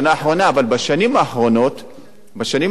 יש שיתוף פעולה מצוין